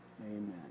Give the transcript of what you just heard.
Amen